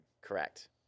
Correct